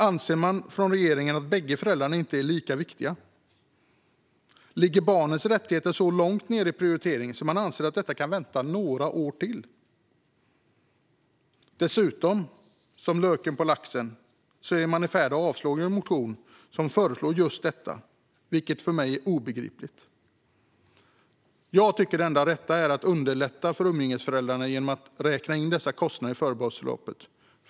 Anser man från regeringen att bägge föräldrarna inte är lika viktiga? Ligger barnets rättigheter så långt ned i prioriteringen att man anser det kan vänta några år till? Som lök på laxen är riksdagen dessutom i färd med att avslå en motion som förslår just denna ändring, vilket för mig är obegripligt. Jag tycker det enda rätta för barnens skull är att underlätta för umgängesföräldrarna genom att räkna in dessa kostnader i förbehållsbeloppet.